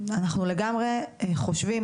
אנחנו לגמרי חושבים,